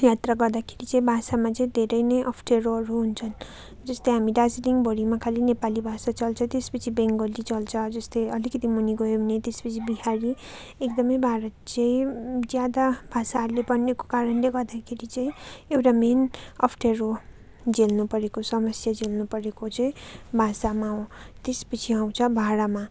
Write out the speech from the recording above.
यात्रा गर्दाखेरि चाहिँ भाषामा चाहिँ धेरै नै अप्ठ्यारोहरू हुन्छन् जस्तै हामी दार्जिलिङभरिमा खालि नेपाली भाषा चल्छ त्यस पछि बङ्गली चल्छ जस्तै अलिकिति मुनि गयो भने त्यस पछि बिहारी एकदमै भारत चाहिँ ज्यादा भाषाहरूले बनिएको कारणले गर्दाखेरि चाहिँ एउटा मेन अप्ठ्यारो झेल्नु परेको समस्या झेल्नु परेको चाहिँ भाषामा हो त्यस पछि आउँछ भाडामा